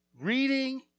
reading